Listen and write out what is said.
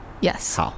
Yes